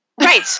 Right